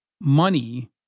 money